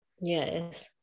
yes